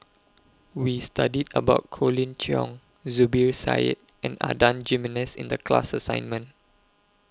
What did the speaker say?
We studied about Colin Cheong Zubir Said and Adan Jimenez in The class assignment